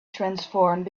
transformed